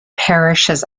parishes